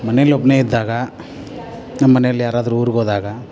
ಮನೆಲ್ಲಿ ಒಬ್ಬನೇ ಇದ್ದಾಗ ನಮ್ಮ ಮನೇಲ್ಲಿ ಯಾರಾದ್ರೂ ಊರಿಗೋದಾಗ